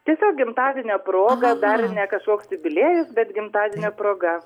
tiesiog gimtadienio proga dar ne kažkoks jubiliejus bet gimtadienio proga